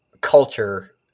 culture